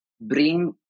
bring